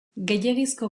gehiegizko